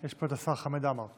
יש פה את השר חמד עמאר.